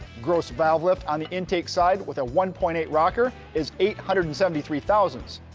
gross valve lift on the intake side with a one point eight rocker is eight hundred and seventy three thousandths,